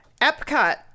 epcot